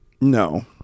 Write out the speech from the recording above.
no